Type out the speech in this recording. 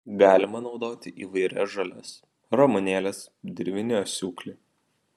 galima naudoti įvairias žoles ramunėles dirvinį asiūklį